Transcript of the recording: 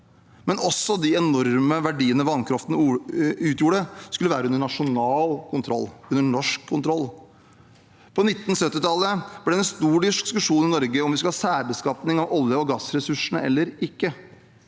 men også at de enorme verdiene vannkraften utgjorde, skulle være under nasjonal kontroll, under norsk kontroll. På 1970-tallet ble det en stor diskusjon i Norge om vi skulle ha særbeskatning av olje- og gassressursene eller ikke,